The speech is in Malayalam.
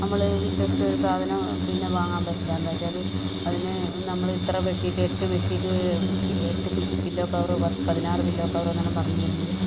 നമ്മള് വിശ്വസിച്ച് ഒരു സാധനം പിന്നെ വാങ്ങാൻ പറ്റില്ല അതിന് നമ്മൾ ഇത്ര ബെഡ്ഷീറ്റ് എട്ട് ബെഡ്ഷീറ്റ് എട്ടു പില്ലോ കവർ പതിനാറ് പില്ലോ കവറെന്നെല്ലാം പറഞ്ഞു വരുന്നത്